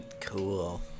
cool